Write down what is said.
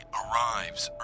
arrives